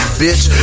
bitch